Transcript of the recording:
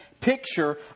picture